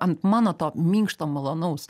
ant mano to minkšto malonaus